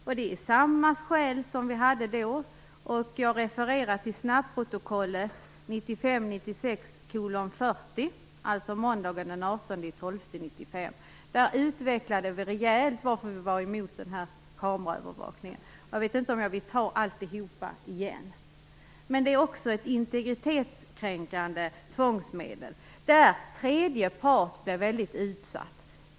Skälen är desamma som vi anförde då, och jag refererar till snabbprotokollet 1995/96:40, alltså måndagen den 18 december 1995. Där utvecklade vi rejält varför vi var emot kameraövervakning, och jag vet inte om jag vill ta alltihop igen. Detta är också ett integritetskränkande tvångsmedel där tredje part blir väldigt utsatt.